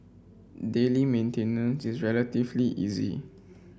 daily maintenance is relatively easy